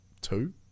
two